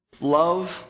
love